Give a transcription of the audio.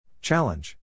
Challenge